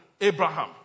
Abraham